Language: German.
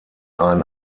ein